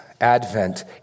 advent